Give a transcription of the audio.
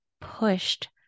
pushed